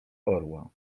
orła